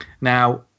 Now